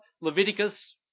Leviticus